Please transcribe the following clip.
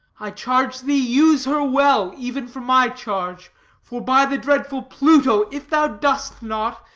i charge thee use her well, even for my charge for, by the dreadful pluto, if thou dost not,